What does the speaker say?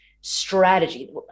strategy